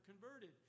converted